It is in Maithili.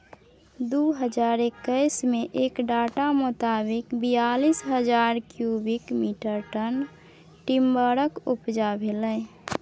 दु हजार एक्कैस मे एक डाटा मोताबिक बीयालीस हजार क्युबिक मीटर टन टिंबरक उपजा भेलै